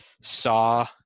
saw